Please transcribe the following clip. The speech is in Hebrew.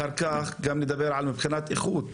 אחר כך גם מבחינת איכות,